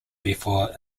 before